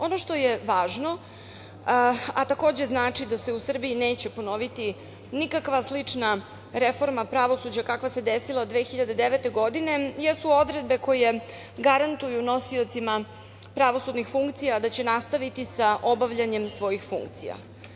Ono što je važno, a takođe znači da se u Srbiji neće ponoviti nikakva slična reforma pravosuđa kakva se desila 2009. godine jesu odredbe koje garantuju nosiocima pravosudnih funkcija da će nastaviti sa obavljanjem svojih funkcija.